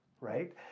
right